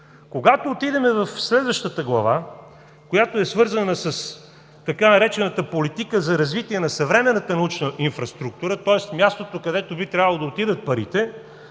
Когато отидем в следващата глава, която е свързана с така наречената „Политика за развитие на съвременната научна инфраструктура“, тоест мястото, където би трябвало да отидат парите,